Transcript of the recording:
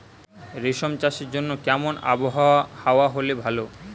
রেশম চাষের জন্য কেমন আবহাওয়া হাওয়া হলে ভালো?